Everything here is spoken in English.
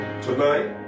Tonight